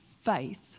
faith